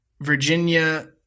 Virginia